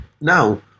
Now